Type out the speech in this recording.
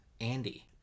Andy